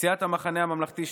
סיעת המחנה הממלכתי,